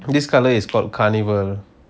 this colour is called carnival